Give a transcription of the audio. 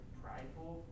prideful